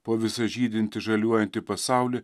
po visą žydintį žaliuojantį pasaulį